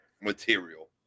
material